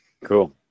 cool